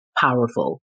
powerful